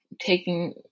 taking